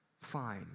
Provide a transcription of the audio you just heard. fine